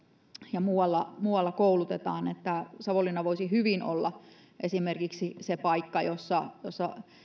ja muualla muualla koulutetaan savonlinna voisi hyvin olla esimerkiksi se paikka jossa jossa